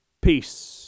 Peace